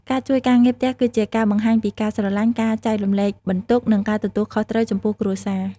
ការជួយការងារផ្ទះ គឺជាការបង្ហាញពីការស្រលាញ់ ការចែករំលែកបន្ទុក និងការទទួលខុសត្រូវចំពោះគ្រួសារ។